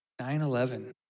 9-11